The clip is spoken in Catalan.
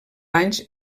anys